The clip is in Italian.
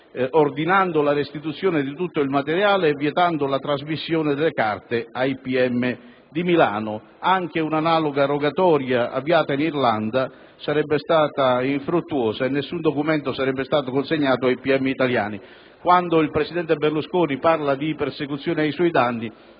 ordinando la restituzione di tutto il materiale e vietando la trasmissione delle carte ai pubblici ministeri di Milano. Anche un'analoga rogatoria avviata in Irlanda sarebbe stata infruttuosa e nessun documento sarebbe stato consegnato ai pubblici ministeri italiani. Quando il presidente Berlusconi parla di persecuzione ai suoi danni,